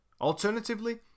Alternatively